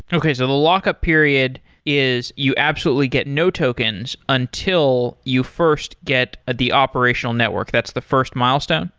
okay. so the lockup period is you absolutely get no tokens until you first get the operational network. that's the first milestone?